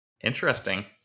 interesting